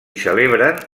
celebren